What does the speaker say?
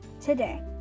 today